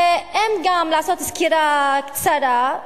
ואם גם לעשות סקירה קצרה,